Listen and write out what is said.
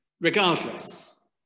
regardless